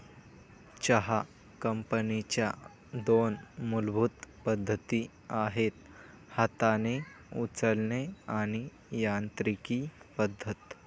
चहा कापणीच्या दोन मूलभूत पद्धती आहेत हाताने उचलणे आणि यांत्रिकी पद्धत